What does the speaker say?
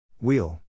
Wheel